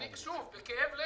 שוב בכאב לי,